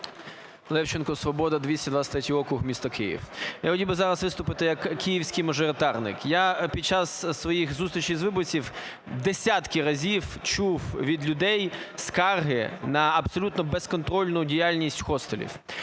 Левченко, "Свобода", 223 округ місто Київ. Я хотів би зараз виступити як київський мажоритарник. Я під час своїх зустрічей з виборцями десятки разів чув від людей скарги на абсолютно безконтрольну діяльність хостелів.